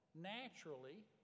naturally